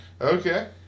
Okay